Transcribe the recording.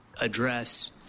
address